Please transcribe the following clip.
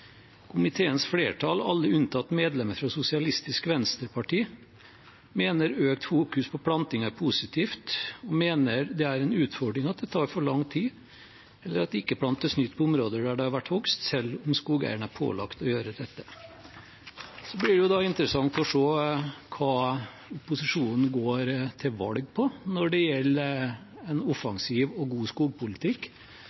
alle unntatt medlemmet fra Sosialistisk Venstreparti, mener økt fokus på planting er positivt, og at det er en utfordring at det tar for lang tid, eller at det ikke plantes på nytt på områder der det har vært hogst, selv om skogeieren er pålagt å gjøre dette.» Det blir interessant å se hva opposisjonen går til valg på når det